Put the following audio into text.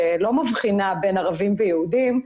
שלא מבחינה בין ערבים ויהודים,